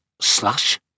slush